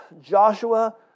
Joshua